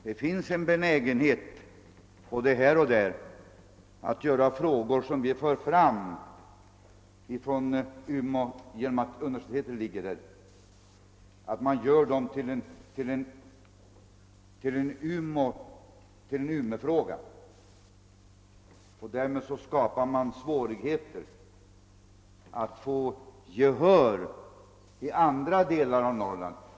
Det finns både här och där en viss benägenhet att göra frågor som vi för fram från Umeå till en Umeåfråga eftersom universitetet ligger där. Därmed skapas svårigheter att få gehör i andra delar av Norrland.